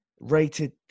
rated